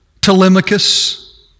Telemachus